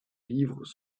livres